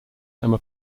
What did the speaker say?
emma